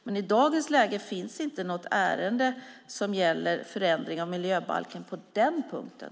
Men i dagens läge finns inget ärende som gäller förändring av miljöbalken på den punkten.